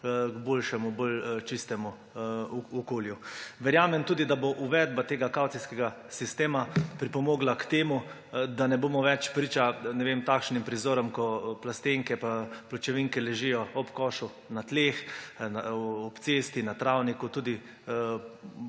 stremimo k bolj čistemu okolju. Verjamem tudi, da bo uvedba tega kavcijskega sistema pripomogla k temu, da ne bomo več priča prizorom, ko plastenke pa pločevinke ležijo ob košu na tleh, ob cesti, na travniku, tudi